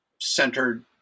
centered